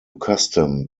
custom